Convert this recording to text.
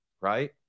right